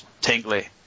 tingly